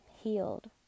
healed